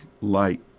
light